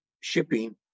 shipping